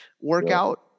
workout